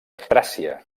tràcia